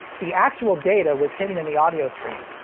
the actual data was hidden in the audio stream.